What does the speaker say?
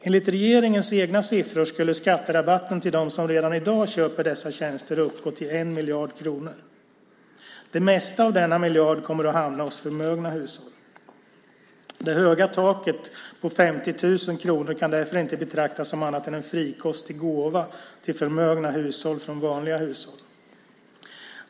Enligt regeringens egna siffror skulle skatterabatten till dem som redan i dag köper dessa tjänster uppgå till 1 miljard kronor. Det mesta av denna miljard kommer att hamna hos förmögna hushåll. Det höga taket på 50 000 kronor kan därför inte betraktas som annat än en frikostig gåva till förmögna hushåll från vanliga hushåll.